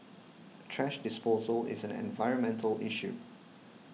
thrash disposal is an environmental issue